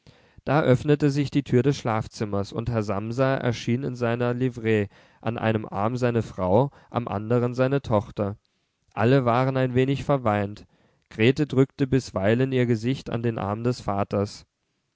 da öffnete sich die tür des schlafzimmers und herr samsa erschien in seiner livree an einem arm seine frau am anderen seine tochter alle waren ein wenig verweint grete drückte bisweilen ihr gesicht an den arm des vaters